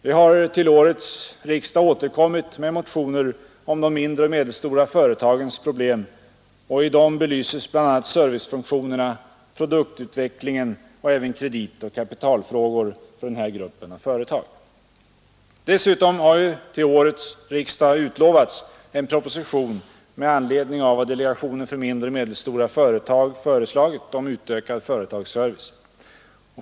Vi har till årets riksdag återkommit med motioner om de mindre och medelstora företagens problem, och i dem belyses bl.a. servicefunktionerna, produktutvecklingen och även kreditoch kapitalfrågor för den här gruppen av företag. Dessutom har ju till årets riksdag utlovats en proposition med anledning av vad delegationen för mindre och medelstora företag föreslagit om utökad företagsservice.